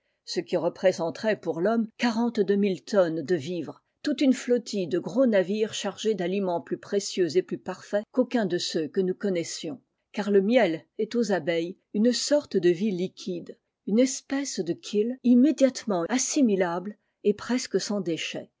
ce qui représenterait pour thomme quarante-deux mille tonnes de vivres toute une flottille de gros navires chargés d'aliments plus précieux et plus parfaits qu'aucun de ceux que nous connaissions car le miel est aux abeilles une sorte de vie liquide une espèce de chyle immédiatement assimilable et preuç sans déchet